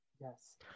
Yes